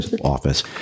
Office